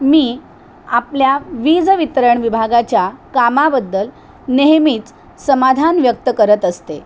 मी आपल्या वीज वितरण विभागाच्या कामाबद्दल नेहमीच समाधान व्यक्त करत असते